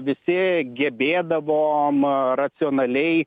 visi gebėdavom racionaliai